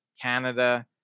Canada